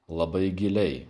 labai giliai